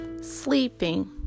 sleeping